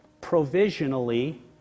provisionally